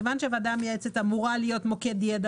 כיוון שהוועדה המייעצת אמורה להיות מוקד ידע